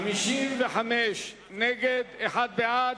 55 נגד ההתנגדות, אחד בעד.